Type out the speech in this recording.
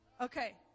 Okay